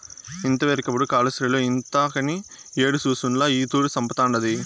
ఇంతవరకెపుడూ కాలాస్త్రిలో ఇంతకని యేడి సూసుండ్ల ఈ తూరి సంపతండాది